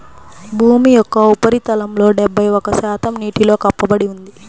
భూమి యొక్క ఉపరితలంలో డెబ్బై ఒక్క శాతం నీటితో కప్పబడి ఉంది